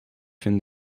vind